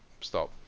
stop